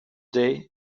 day